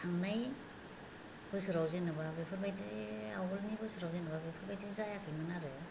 थांनाय बोसोराव जेनेबा बेफोर बायदि आवगोलनि बोसोराव जेनेबा बेफोर बायदि जायाखैमोन आरो